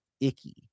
icky